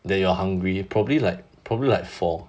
that you are hungry probably like probably like four